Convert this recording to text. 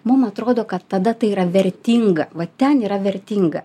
mum atrodo kad tada tai yra vertinga va ten yra vertinga